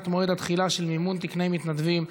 מועד התחילה של מימון תקני מתנדבים),